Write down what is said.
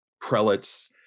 prelates